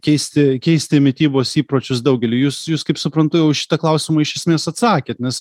keisti keisti mitybos įpročius daugeliui jūs jūs kaip suprantu jau šitą klausimą iš esmės atsakėt nes